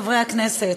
חברי חברי הכנסת,